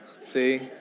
See